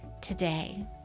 today